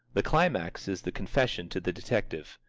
the climax is the confession to the detective.